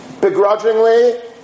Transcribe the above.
begrudgingly